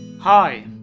Hi